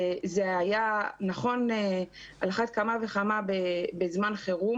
זה היה נכון על אחת כמה וכמה בזמן חירום